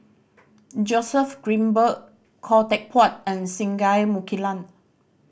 Joseph Grimberg Khoo Teck Puat and Singai Mukilan